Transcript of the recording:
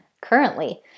currently